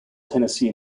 tennessee